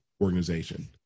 Organization